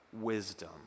wisdom